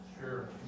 Sure